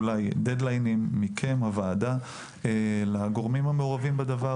דד-ליין מצד הוועדה לגורמים המעורבים בדבר.